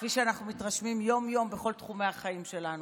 כפי שאנחנו מתרשמים יום-יום בכל תחומי החיים שלנו,